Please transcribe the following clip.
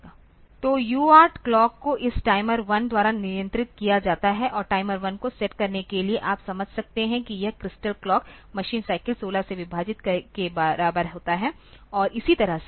तो UART clock को इस टाइमर 1 द्वारा नियंत्रित किया जाता है और टाइमर 1 को सेट करने के लिए आप समझ सकते हैं कि यह क्रिस्टल क्लॉक मशीन साइकिल 16 से विभाजित के बराबर होता है और इसी तरह से